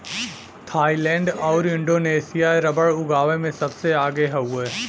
Thailand आउर Indonesia rubber उगावे में सबसे आगे हउवे